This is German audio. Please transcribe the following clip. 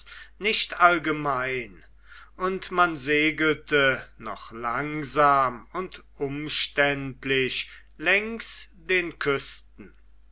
nicht allgemein und man segelte noch langsam und umständlich längs den küsten